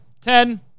Ten